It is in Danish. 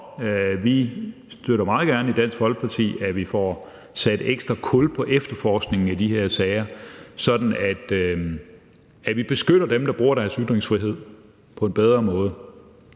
om. Vi støtter i Dansk Folkeparti meget gerne, at vi får sat ekstra kul på efterforskningen af de her sager, sådan at vi beskytter dem, der bruger deres ytringsfrihed, på en bedre måde.